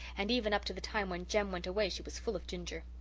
and even up to the time when jem went away she was full of ginger.